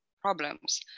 problems